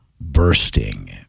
bursting